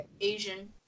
asian